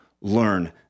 learn